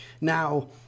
Now